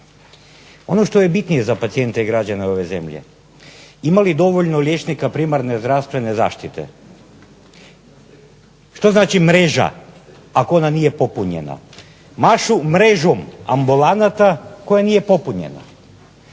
Ono što je bitnije za pacijente i građane ove zemlje, ima li dovoljno liječnika primarne zdravstvene zaštite? Što znači mreža ako ona nije popunjena. Našom mrežom ambulanata koja nije popunjena.